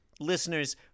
listeners